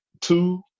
two